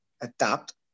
adapt